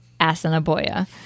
Asinaboya